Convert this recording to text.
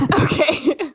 Okay